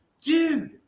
Dude